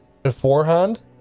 beforehand